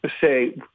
say